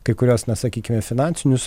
kai kuriuos na sakykime finansinius